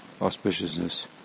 auspiciousness